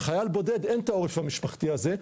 לחייל בודד אין את העורף המשפחתי הזה.